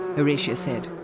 horatia said,